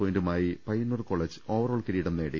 പോയിന്റുമായി Payyannur college overall കിരീടം നേടി